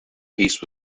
piece